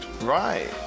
Right